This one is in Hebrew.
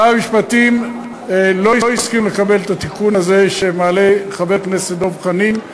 משרד המשפטים לא הסכים לקבל את התיקון הזה שמעלה חבר הכנסת דב חנין,